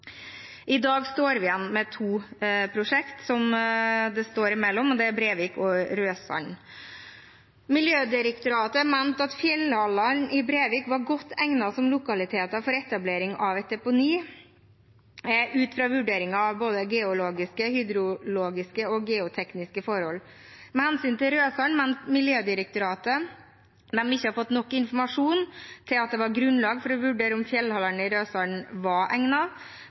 I dag står vi igjen med to prosjekter, det står imellom Brevik og Raudsand. Miljødirektoratet mente at fjellhallene i Brevik var godt egnet som lokaliteter for et deponi, ut fra vurderingen av både geologiske, hydrologiske og geotekniske forhold. Med hensyn til Raudsand mente Miljødirektoratet at de ikke hadde fått nok informasjon til at det var grunnlag for å vurdere om fjellhallene i Raudsand var